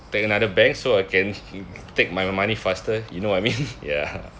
take another bank so I can take my money faster you know what I mean ya